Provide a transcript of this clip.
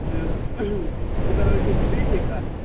تہٕ سُہ کَرو أسۍ أتی بیٚہتھٕے کَتھ